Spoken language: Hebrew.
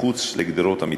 מחוץ לגדרות המתקן.